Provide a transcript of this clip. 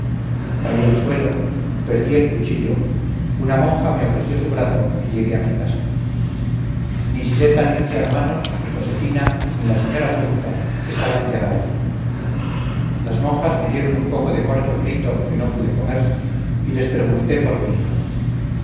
caí al suelo perdí el cuchillo una monja me ofreció su brazo y llegué a mi casa ni siseta ni sus hermanos ni josefina ni la señora sumta estaban ya allí las monjas me dieron un poco de corcho frito que no pude comer y les pregunté por mi hija